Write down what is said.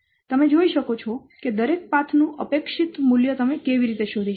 તમે જોઈ શકો છો કે દરેક પાથ નું અપેક્ષિત મૂલ્ય તમે કેવી રીતે શોધી શકો છો